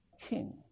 king